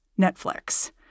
Netflix